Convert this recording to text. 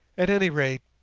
at any rate,